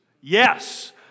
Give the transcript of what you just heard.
Yes